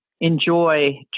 enjoy